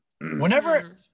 Whenever